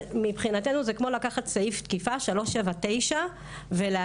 מבחינתנו זה כמו לקחת סעיף תקיפה 379 ולהגיד,